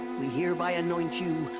we hereby anoint you.